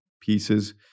pieces